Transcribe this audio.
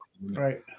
Right